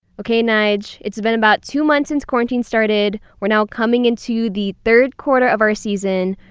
okay nyge, it's been about two months since quarantine started. we're now coming into the third quarter of our season.